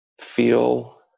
Feel